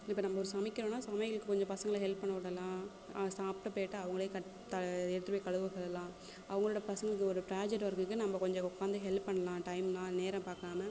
இப்போ நம்ம ஒரு சமைக்கிறோன்னா சமையலுக்கு கொஞ்சம் பசங்களை ஹெல்ப் பண்ண விடலாம் சாப்பிட்ட ப்ளேட்டை அவர்களே கட் த எடுத்துட்டு போய் கழுவ சொல்லலாம் அவங்களோடய பசங்களுக்கு ஒரு ப்ராஜெக்ட் ஒர்க்குக்கு நம்ம கொஞ்சம் உட்காந்து ஹெல்ப் பண்ணலாம் டைம்லாம் நேரம் பார்க்காமல்